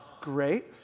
Great